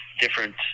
different